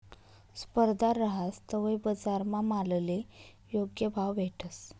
स्पर्धा रहास तवय बजारमा मालले योग्य भाव भेटस